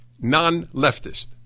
non-leftist